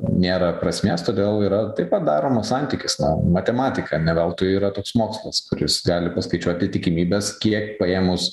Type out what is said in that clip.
nėra prasmės todėl yra taip pat daromas santykis na matematika ne veltui yra toks mokslas kuris gali paskaičiuoti tikimybes kiek paėmus